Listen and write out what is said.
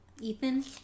Ethan